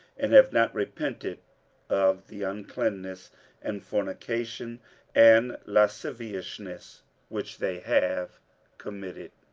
and have not repented of the uncleanness and fornication and lasciviousness which they have committed.